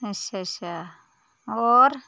अच्छा अच्छा होर